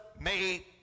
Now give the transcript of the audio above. made